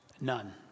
none